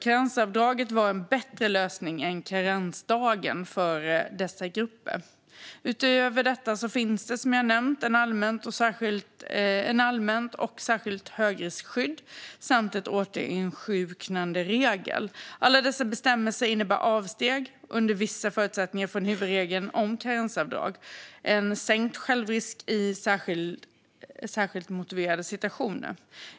Karensavdraget var en bättre lösning än karensdagen för dessa grupper. Utöver detta finns det, som jag nämnt, ett allmänt och ett särskilt högriskskydd samt en återinsjuknanderegel. Alla dessa bestämmelser innebär avsteg under vissa förutsättningar från huvudregeln om karensavdrag och en sänkt självrisk i särskilt motiverade situationer.